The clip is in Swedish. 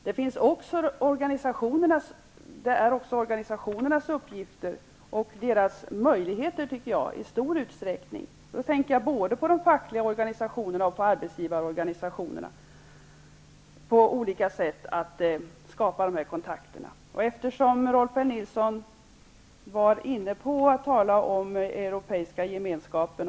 Det är också i stor utsträckning organisationernas -- jag tänker då både på de fackliga organisationerna och på arbetsgivarorganisationerna -- uppgift att på olika sätt skapa sådana kontakter. Rolf L. Nilson var inne på Europeiska gemenskapen.